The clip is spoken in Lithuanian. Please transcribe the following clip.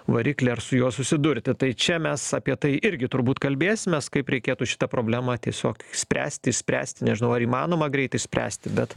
variklį ar su juo susidurti tai čia mes apie tai irgi turbūt kalbėsimės kaip reikėtų šitą problemą tiesiog spręsti išspręsti nežinau ar įmanoma greit išspręsti bet